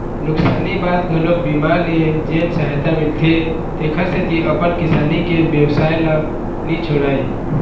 नुकसानी बाद घलोक बीमा ले जेन सहायता मिलथे तेखर सेती अपन किसानी के बेवसाय ल नी छोड़य